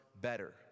better